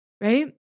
right